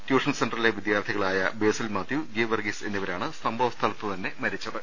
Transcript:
tuition സെന്ററിലെ വിദ്യാർത്ഥിക ളായ ബേസിൽ മാത്യു ഗീവർഗ്ഗീസ് എന്നിവരാണ് സംഭവ സ്ഥലത്തു തന്നെ മരിച്ചത്